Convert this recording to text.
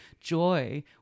Joy